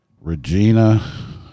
Regina